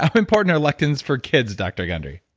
um important are lectins for kids dr. gundry?